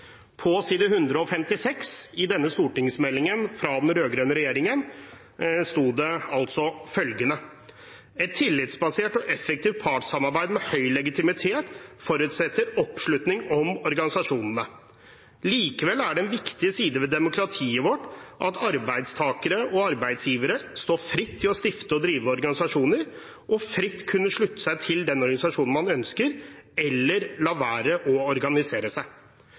På side 156 i denne stortingsmeldingen fra den rød-grønne regjeringen står det: «Eit tillitsbasert og effektivt partssamarbeid med høg legitimitet føreset oppslutning om organisasjonane. Likeins er det ei viktig side ved demokratiet vårt at arbeidstakarar og arbeidsgivarar skal stå fritt til å stifte og drive organisasjonar, og fritt kunne slutte seg til den organisasjonen dei ønskjer, eller la vere å organisere seg.